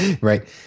Right